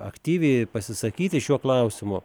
aktyviai pasisakyti šiuo klausimu